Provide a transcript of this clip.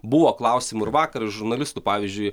buvo klausimų ir vakar iš žurnalistų pavyzdžiui